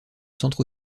centre